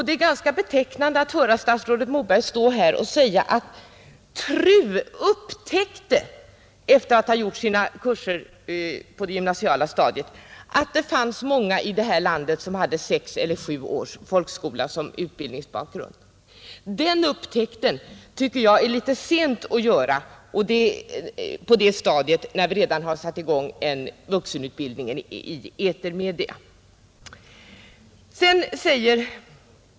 Det är ganska betecknande att höra statsrådet Moberg stå här och säga att TRU upptäckte, efter att ha gjort några program för det gymnasiala stadiet, att det fanns många i det här landet som hade sex eller sju års folkskola som utbildningsbakgrund. Den upptäckten tycker jag att det är litet sent att göra när man redan satt i gång en vuxenutbildning i etermedia.